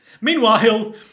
Meanwhile